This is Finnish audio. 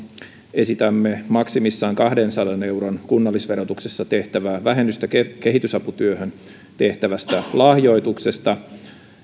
esitämme maksimissaan kahdensadan euron kunnallisverotuksessa tehtävää vähennystä kehitysaputyöhön tehtävästä lahjoituksesta